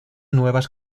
nuevas